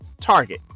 Target